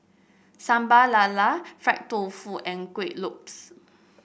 Sambal Lala fried doufu and Kueh Lopes